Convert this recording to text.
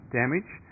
damage